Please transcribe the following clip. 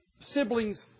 siblings